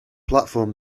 platform